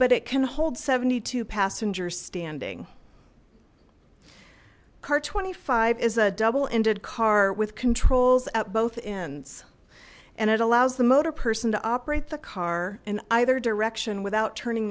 but it can hold seventy two passengers standing car twenty five is a double ended car with controls at both ends and it allows the motor person to operate the car in either direction without turning